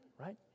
Right